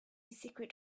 secret